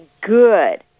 good